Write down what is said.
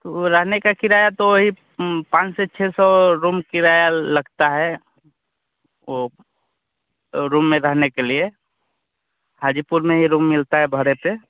तो रहने का किराया तो वही पाँच से छः सौ रूम किराया लगता है वह रूम में रहने के लिए हाजीपुर में ही रूम मिलता है भाड़े पर